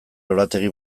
lorategi